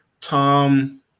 Tom